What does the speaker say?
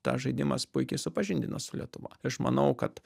tas žaidimas puikiai supažindina su lietuva aš manau kad